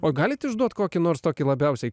o galit išduot kokį nors tokį labiausiai